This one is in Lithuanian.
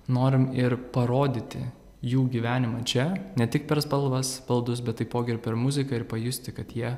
norim ir parodyti jų gyvenimą čia ne tik per spalvas baldus bet taipogi ir per muziką ir pajusti kad jie